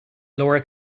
laura